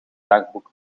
dagboek